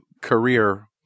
career